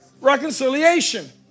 reconciliation